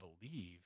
believe